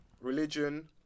religion